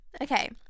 okay